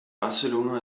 barcelona